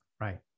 Right